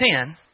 sin